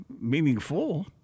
meaningful